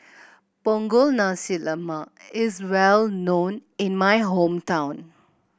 Punggol Nasi Lemak is well known in my hometown